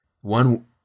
One